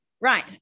Right